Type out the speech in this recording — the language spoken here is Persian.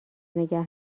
نگه